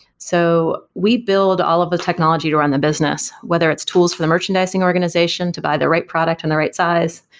so we build all of the technology to run the business, whether it's tools for the merchandising organization to buy the right product and the right size,